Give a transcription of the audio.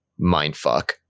mindfuck